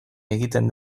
egiten